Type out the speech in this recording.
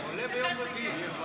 עולה ביום רביעי.